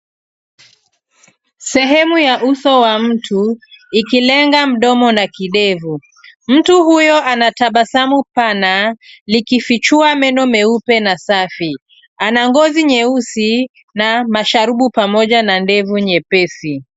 Sehemu ya uso wa mtu, ikilenga mdomo na kidevu. Mtu huyo ana tabasamu pana, likifichua meno meupe na safi. Ana ngozi nyeusi, na, masharubu pamoja na ndevu nyepesi.